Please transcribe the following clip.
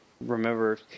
Remember